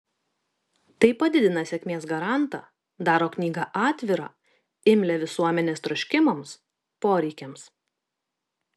tai padidina sėkmės garantą daro knygą atvirą imlią visuomenės troškimams poreikiams